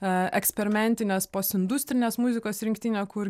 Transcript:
eksperimentinės postindustrinės muzikos rinktinę kur